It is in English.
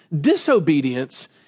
disobedience